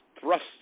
thrust